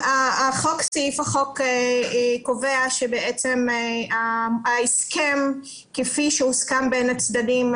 סעיף החוק קובע שההסכם כפי שהוסכם בין הצדדים,